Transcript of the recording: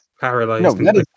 paralyzed